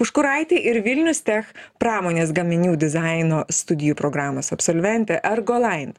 užkuraitį ir vilnius tech pramonės gaminių dizaino studijų programos absolventę ergolain